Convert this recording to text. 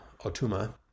Otuma